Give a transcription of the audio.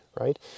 right